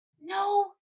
No